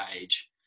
age